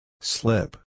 Slip